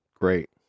Great